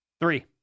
Three